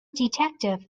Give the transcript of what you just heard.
detective